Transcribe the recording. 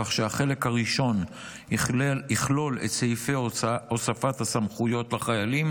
כך שהחלק הראשון יכלול את סעיפי הוספת הסמכויות לחיילים,